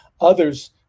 Others